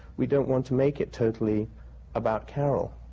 we don't want to make it totally about carol.